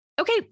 Okay